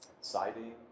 siding